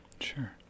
sure